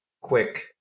quick